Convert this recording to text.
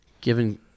Given